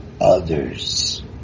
others